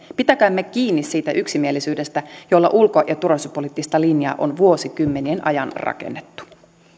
pitäkäämme kiinni siitä yksimielisyydestä jolla ulko ja turvallisuuspoliittista linjaa on vuosikymmenien ajan rakennettu